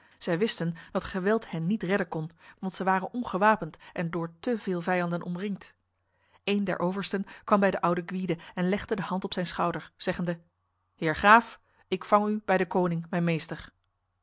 zij wisten dat geweld hen niet redden kon want zij waren ongewapend en door te veel vijanden omringd een der oversten kwam bij de oude gwyde en legde de hand op zijn schouder zeggende heer graaf ik vang u bij de koning mijn meester